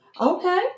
Okay